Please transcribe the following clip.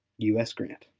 u s. grant.